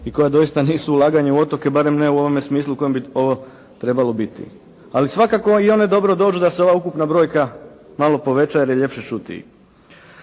i koja doista nisu ulaganja u otoke barem ne u ovome smislu kojem bi ovo trebalo biti. Ali svakako i one dobro dođu da se ova ukupna brojka malo poveća jer je ljepše čuti.